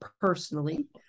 personally